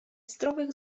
zdrowych